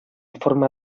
forma